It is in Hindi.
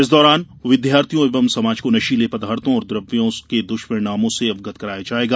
इस दौरान विद्यार्थियों एवं समाज को नशीले पदार्थो और द्रव्यों के द्वष्परिणामों से अवगत कराया जायेगा